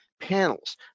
panels